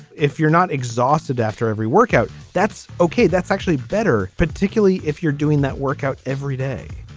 if you're not exhausted after every workout that's ok. that's actually better particularly if you're doing that workout every day.